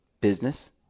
business